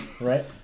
right